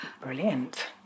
Brilliant